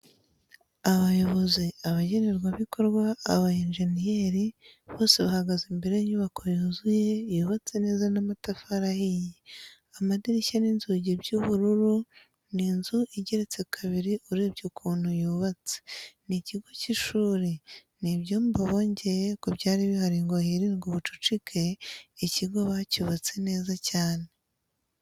Abayobozi, abagenerwabikorwa, abayenjeniyeri, bose bahagaze imbere y'inyubako yuzuye, yubatse neza n'amatafari ahiye. Amadirishya n'inzugi by'ubururu. Ni inzu igeretse kabiri urebye ukuntu yubatse, ni ikigo cy'ishuri. Ni ibyumba bongeye ku byari bihari ngo hirindwe ubucucike, ikigo bacyubatse neza yane.